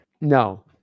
No